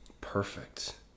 perfect